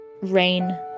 rain